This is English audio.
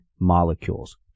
molecules